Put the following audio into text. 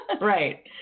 Right